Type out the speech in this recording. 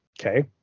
okay